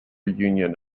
union